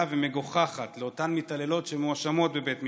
ומגוחכת לאותן מתעללות שמואשמות בבית משפט.